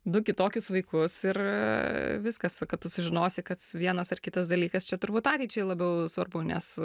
du kitokius vaikus ir viskas kad tu sužinosi kad vienas ar kitas dalykas čia turbūt ateičiai labiau svarbu nes